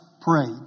prayed